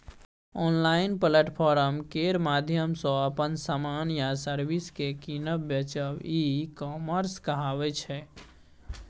online platform केर माध्यमसँ अपन समान या सर्विस केँ कीनब बेचब ई कामर्स कहाबै छै